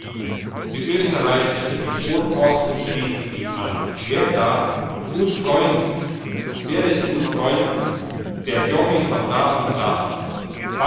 die österreichischen vorposten riefen ihn an wer da gut freund wer ist gut freund der jobbi von da und da